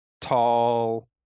tall